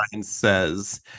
says